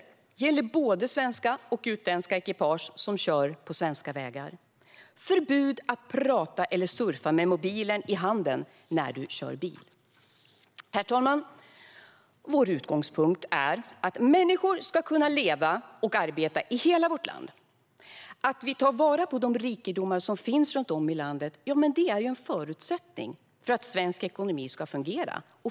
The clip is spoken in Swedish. Det gäller både svenska och utländska ekipage som kör på svenska vägar. Det blir vidare förbud mot att prata eller surfa med mobilen i handen när du kör bil. Herr talman! Vår utgångspunkt är att människor ska kunna leva och arbeta i hela vårt land. Att vi tar vara på de rikedomar som finns runt om i landet är en förutsättning för att svensk ekonomi ska fungera.